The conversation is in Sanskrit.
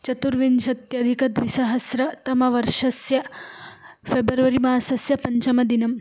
चतुर्विंशत्यधिक द्विसहस्रतमवर्षस्य फे़ब्रवरि मासस्य पञ्चमदिनम्